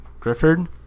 Grifford